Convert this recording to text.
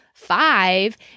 Five